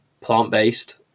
plant-based